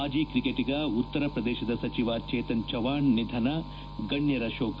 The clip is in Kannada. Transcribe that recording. ಮಾಜಿ ಕ್ರಿಕೆಟಿಗ ಉತ್ತರ ಪ್ರದೇಶದ ಸಚಿವ ಚೇತನ್ ಚವ್ನಾಣ್ ನಿಧನ ಗಣ್ಯರ ಶೋಕ